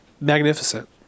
magnificent